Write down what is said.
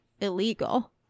illegal